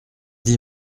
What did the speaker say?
dix